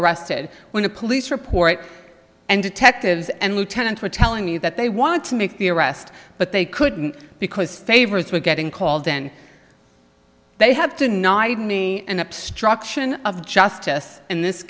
arrested when a police report and detectives and lieutenants were telling me that they wanted to make the arrest but they couldn't because favorites were getting called then they have tonight me an obstruction of justice in this